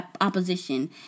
opposition